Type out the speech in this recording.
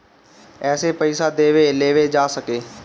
एसे पइसा देवे लेवे जा सके